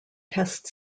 test